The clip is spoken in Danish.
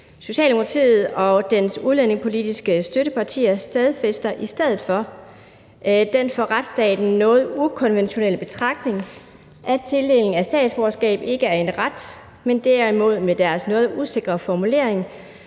Socialdemokratiet og dens udlændingepolitiske støttepartier stadfæster i stedet for den for retsstaten noget ukonventionelle betragtning, at tildeling af statsborgerskab ikke er en ret, men derimod, med deres noget usikre formulering,